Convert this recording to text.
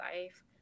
life